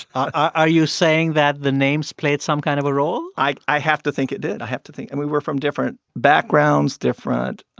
are you saying that the names played some kind of a role? i i have to think it did. i have to think and we were from different backgrounds, different